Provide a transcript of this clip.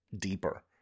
deeper